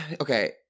okay